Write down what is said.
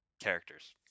characters